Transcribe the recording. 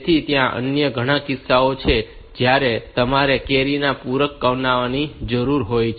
તેથી ત્યાં અન્ય ઘણા કિસ્સાઓ છે જ્યાં તમારે કેરી ના પૂરક બનાવવાની જરૂર હોય છે